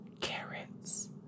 Carrots